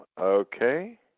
okay